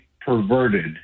perverted